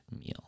meal